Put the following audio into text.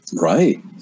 Right